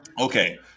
Okay